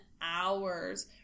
hours